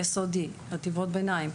יסודי וחטיבות הביניים,